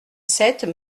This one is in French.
sept